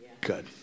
Good